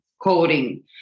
coding